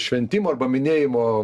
šventimo arba minėjimo